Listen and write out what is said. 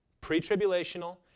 pre-tribulational